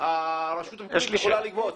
הרשות המקומית יכולה לגבות.